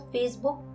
Facebook